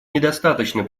недостаточно